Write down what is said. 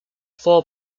four